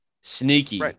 sneaky